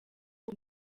aba